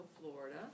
Florida